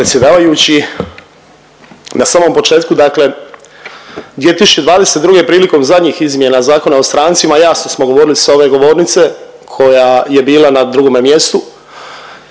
predsjedavajući. Na samom početku dakle 2022. prilikom zadnjih izmjena Zakona o strancima jasno smo govorili sa ove govornice koja je bila na drugome mjestu